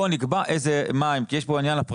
בוא נקבע מה, כי יש כאן עניין של הפרשות.